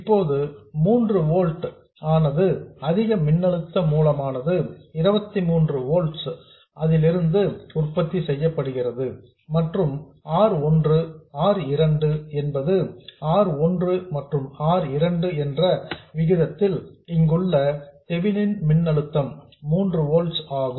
இப்போது 3 ஓல்ட்ஸ் ஆனது அதிக மின்னழுத்த மூலமான 23 ஓல்ட்ஸ் லிருந்து உற்பத்தி செய்யப்படுகிறது மற்றும் R 1 R 2 என்பது R 1 மற்றும் R 2 என்ற விகிதத்தில் இங்குள்ள தெவினின் மின்னழுத்தம் 3 ஓல்ட்ஸ் ஆகும்